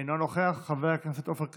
אינו נוכח, חבר הכנסת עופר כסיף,